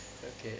okay